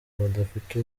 badafite